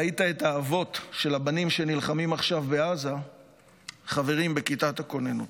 ראית את האבות של הבנים שנלחמים עכשיו בעזה חברים בכיתת הכוננות.